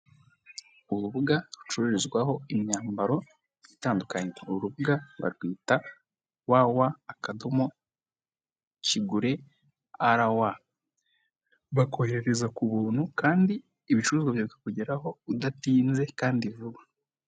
Urubuga rucururizwaho imyambaro itandukanye, urubura barwita wa, wa, akadomo kigure a, ra, wa, bakoherereza ku buntu kandi ibicuruzwa bikakugeraho udatinze kandi vuba.